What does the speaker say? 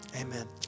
Amen